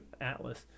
Atlas